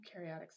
eukaryotic